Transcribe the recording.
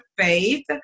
faith